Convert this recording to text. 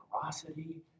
generosity